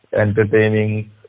entertaining